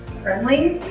friendly,